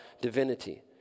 divinity